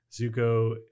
Zuko